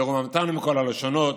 ורוממתנו מכל הלשונות,